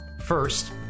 First